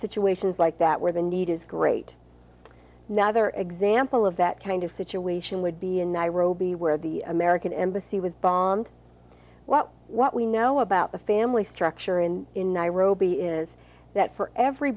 situations like that where the need is great nother example of that kind of situation would be in nairobi where the american embassy was bombed while what we know about the family structure in in nairobi is that for every